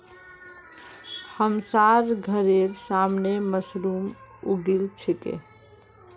हमसार घरेर सामने मशरूम उगील छेक